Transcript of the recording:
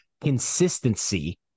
consistency